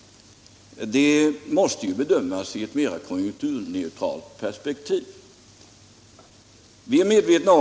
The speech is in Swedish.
debatt Allmänpolitisk debatt